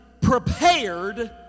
prepared